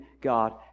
God